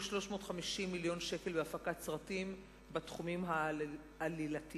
350 מיליון שקל בהפקת סרטים בתחומים העלילתיים,